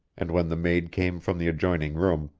and when the maid came from the adjoining room,